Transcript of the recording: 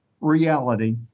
reality